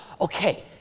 Okay